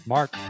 Mark